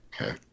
Okay